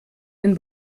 den